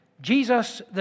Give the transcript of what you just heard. jesus